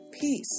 peace